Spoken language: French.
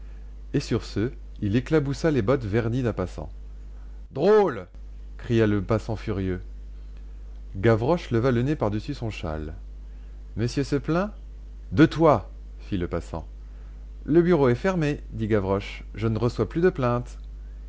et sur ce il éclaboussa les bottes vernies d'un passant drôle cria le passant furieux gavroche leva le nez par-dessus son châle monsieur se plaint de toi fit le passant le bureau est fermé dit gavroche je ne reçois plus de plaintes